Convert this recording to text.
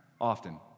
Often